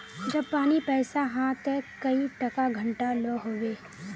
जब पानी पैसा हाँ ते कई टका घंटा लो होबे?